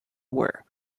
were